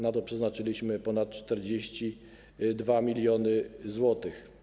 Na to przeznaczyliśmy ponad 42 mln zł.